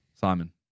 Simon